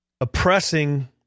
oppressing